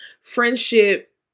friendship